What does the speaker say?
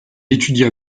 étudia